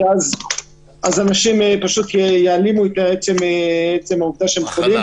כי אז אנשים פשוט יעלימו את עצם העובדה שהם חולים.